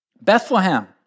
Bethlehem